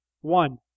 one